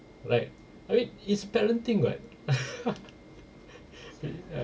like I mean is parenting [what]